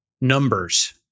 numbers